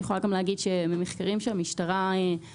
אני יכולה גם לומר שממחקרים שהמשטרה ערכה,